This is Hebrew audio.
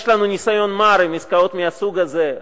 יש לנו ניסיון מר עם עסקאות מהסוג הזה,